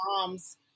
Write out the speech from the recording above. mom's